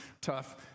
tough